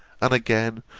and again,